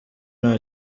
nta